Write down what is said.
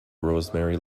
rosemary